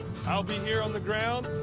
i'll be here on the ground.